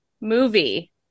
movie